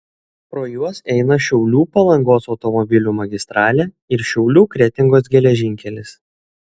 pro juos eina šiaulių palangos automobilių magistralė ir šiaulių kretingos geležinkelis